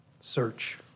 Search